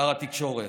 שר התקשורת,